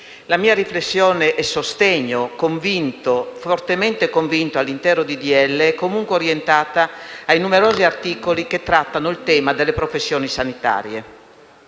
La mia riflessione e il sostegno fortemente convinto all'intero disegno di legge sono comunque orientati ai numerosi articoli che trattano il tema delle professioni sanitarie.